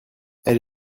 elle